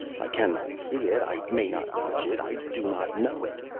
i cannot see it. i may not touch it. i do not know it.